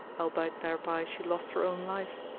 albeit thereby she lost her own life!